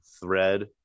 thread